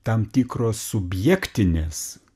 tam tikros subjektinės